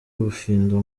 ubufindo